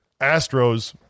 Astros